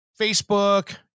Facebook